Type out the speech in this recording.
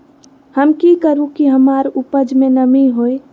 हम की करू की हमार उपज में नमी होए?